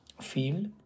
field